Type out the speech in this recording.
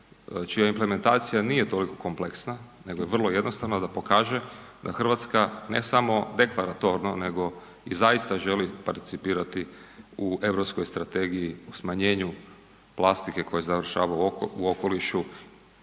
čija implementacija nije toliko kompleksna nego je vrlo jednostavna, da pokaže da Hrvatska ne samo deklaratorno nego i zaista želi participirati u europskoj strategiji o smanjenju plastika koja završava u okolišu